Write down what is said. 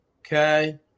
okay